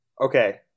okay